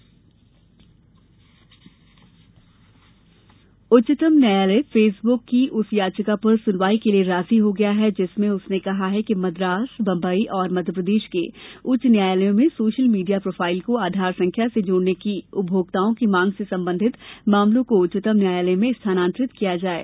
उच्चतम न्यायालय उच्चतम न्यायालय फेसबुक की उस याचिका पर सुनवाई के लिए राजी हो गया है जिसमें उसने कहा है कि मद्रास बम्बई और मध्यप्रदेश के उच्च न्यायालयों में सोशल मीडिया प्रोफाइल को आधार संख्या से जोड़ने की उपभोक्ताओं की मांग से संबंधित मामलों को उच्चतम न्यायालय में स्थानान्तरित किया जाये